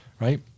right